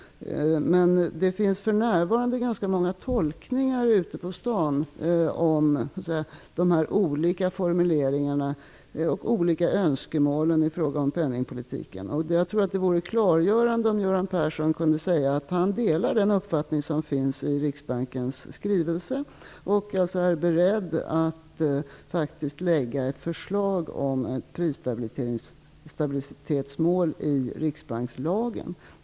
Men för närvarande finns det ganska många tolkningar ute på stan av de olika formuleringarna och önskemålen i fråga om penningpolitiken. Det vore klargörande om Göran Persson kunde säga att han delar den uppfattning som finns i Riksbankens skrivelse och att han är beredd att lägga fram ett förslag om ett prisstabilitetsmål i riksbankslagen.